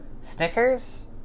snickers